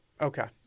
Okay